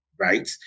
right